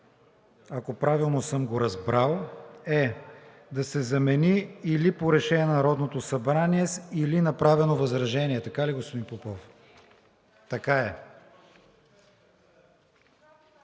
ако правилно съм го разбрал, е да се замени „или по решение на Народното събрание“ с „или направено възражение“. Така ли е, господин Попов?